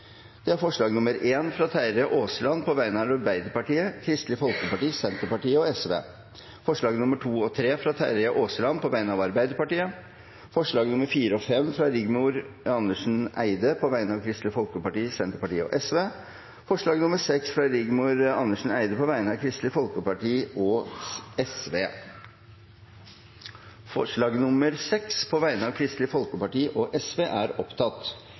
Det er forslag nr. 1, fra Terje Aasland på vegne av Arbeiderpartiet, Kristelig Folkeparti, Senterpartiet og Sosialistisk Venstreparti forslagene nr. 2 og 3, fra Terje Aasland på vegne av Arbeiderpartiet forslagene nr. 4 og 5, fra Rigmor Andersen Eide på vegne av Kristelig Folkeparti, Senterpartiet og Sosialistisk Venstreparti forslag nr. 6, fra Rigmor Andersen Eide på vegne av Kristelig Folkeparti og Sosialistisk Venstreparti Det voteres først over forslag nr. 6, fra Kristelig Folkeparti og